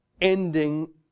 ending